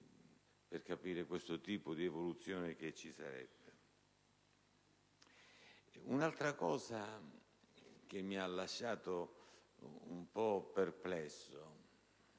per capire questo tipo di evoluzione. Un'altra cosa che mi ha lasciato un po' perplesso